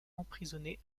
emprisonnée